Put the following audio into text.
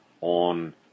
on